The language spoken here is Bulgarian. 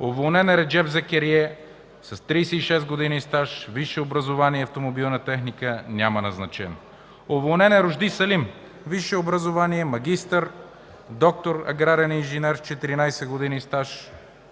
Уволнен е Реджеб Закерие – с 36 години стаж, висше образование „Автомобилна техника”. Няма назначен. Уволнен е Ружди Салим – висше образование, магистър, доктор, аграрен инженер с 14 години стаж.